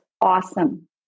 awesome